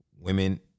Women